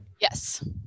Yes